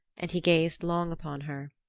and he gazed long upon her.